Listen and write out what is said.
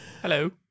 Hello